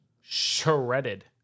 Shredded